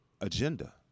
agenda